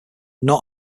not